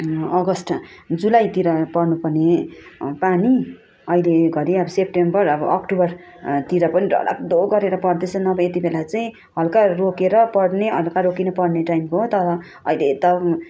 अगस्त जुलाईतिर पर्नु पर्ने पानी अहिले घडी अब सेप्टेम्बर अब अक्टोबरतिर पनि डरलाग्दो गरेर पर्दैछ नभए यत्ति बेला चाहिँ हलका रोकिएर पर्ने हलका रोकिनु पर्ने टाइम हो तर अहिले त